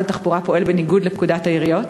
התחבורה פועל בניגוד לפקודת העיריות?